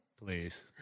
please